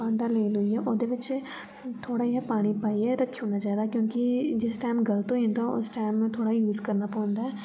भांडा लेई लुईयै ओह्दे बिच्च थोह्ड़ा इ'यां पानी पाइयै रक्खनी उड़ना चाहिदा क्योंकि जिस टैम गलत होई जन्दा उस टैम थोह्ड़ा यूज़ करना पौंदा ऐ जां फ्ही